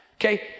Okay